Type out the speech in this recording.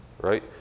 right